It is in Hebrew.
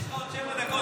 יש לך עוד שבע דקות.